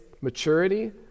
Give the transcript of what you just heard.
maturity